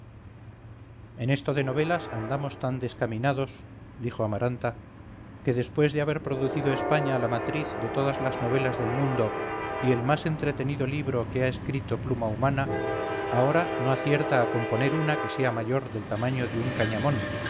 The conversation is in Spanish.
en esto de novelas andamos tan descaminados dijo amaranta que después de haber producido españa la matriz de todas las novelas del mundo y el más entretenido libro que ha escrito humana pluma ahora no acierta a componer una que sea mayor del tamaño de un cañamón